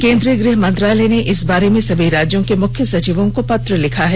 केन्द्रीय गृहमंत्रालय ने इस बारे में सभी राज्यों के मुख्य सचिवों को पत्र लिखा है